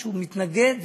שהוא מתנגד,